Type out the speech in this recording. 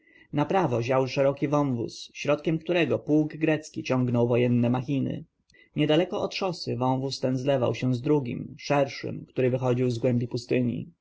prawo ział szeroki wąwóz środkiem którego pułk grecki ciągnął wojenne machiny niedaleko od szosy wąwóz ten zlewał się z drugim szerszym który wychodził z głębi pustyni